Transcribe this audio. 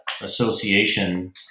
association